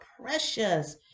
precious